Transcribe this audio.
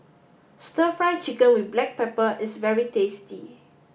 stir fry chicken with black pepper is very tasty